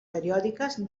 periòdiques